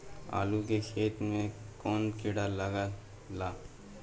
आलू के खेत मे कौन किड़ा लागे ला?